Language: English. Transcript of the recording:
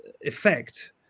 effect